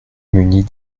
munie